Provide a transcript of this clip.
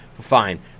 fine